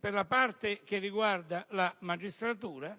nella parte riguardante la magistratura.